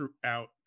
throughout